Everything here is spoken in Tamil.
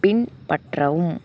பின்பற்றவும்